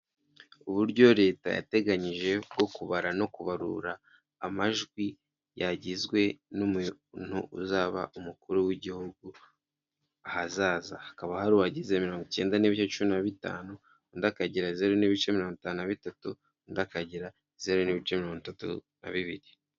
Uburyo leta yateganyije bwo kubara no kubarura amajwi yagizwe n'umuntu uzaba umukuru w'igihugu ahazaza, hakaba hari uwagize mirongo icyenda n'ibice cumi na bitanu, undi akagira zeru n'ibice mirongo itanu bitatu, undi akagira zeru ibice mirongo itatu na bibiri.